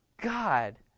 God